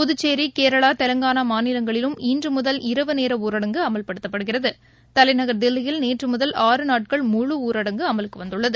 புதக்சோி கேரளா தெலங்காளாமாநிலங்களிலும் இன்றமுதல் இரவு நேரஊரடங்கு அமல்படுத்தப்படுகிறது தலைநகர் தில்லியில் நேற்றுமுதல் ஆறு நாட்கள் முழு ஊரடங்கு அமலுக்குவந்துள்ளது